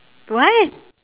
what